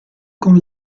con